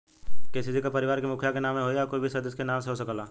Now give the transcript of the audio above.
KCC का परिवार के मुखिया के नावे होई या कोई भी सदस्य के नाव से हो सकेला?